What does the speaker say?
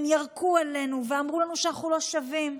הם ירקו עלינו ואמרו לנו שאנחנו לא שווים.